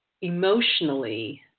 emotionally